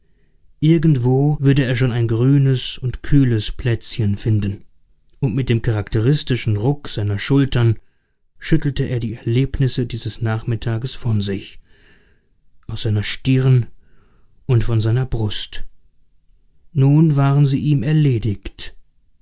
irgendwo würde er schon ein grünes und kühles plätzchen finden und mit dem charakteristischen ruck seiner schultern schüttelte er die erlebnisse dieses nachmittages von sich aus seiner stirn und von seiner brust nun waren sie ihm erledigt